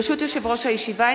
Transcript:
ברשות יושב-ראש הישיבה,